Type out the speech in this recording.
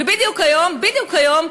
ובדיוק היום, בדיוק היום,